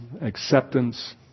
acceptance